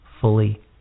fully